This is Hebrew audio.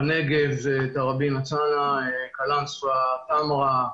בנגב, טראבין, קלנסואה, טמרה,